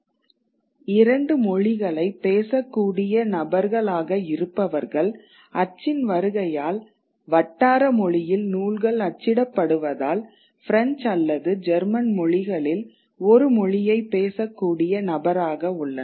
2 மொழிகளைப் பேசக்கூடிய நபர்களாக இருப்பவர்கள் அச்சின் வருகையால் வட்டாரமொழியில் நூல்கள் அச்சிடப்படுவதால் பிரெஞ்சு அல்லது ஜெர்மன் மொழிகளில் ஒரு மொழியைப் பேசக்கூடிய நபராக உள்ளனர்